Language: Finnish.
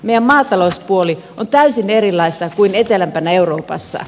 meidän maatalouspuoli on täysin erilaista kuin etelämpänä euroopassa